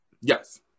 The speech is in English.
Yes